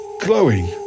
glowing